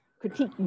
critique